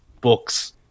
books